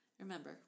remember